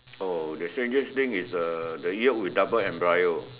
oh the strangest thing is uh the Yolk with double embryo